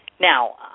Now